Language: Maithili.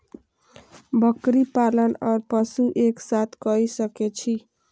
बकरी पालन ओर पशु एक साथ कई सके छी?